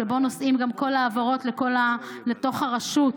שבו נוסעות גם כל ההעברות לתוך הרשות,